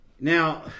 Now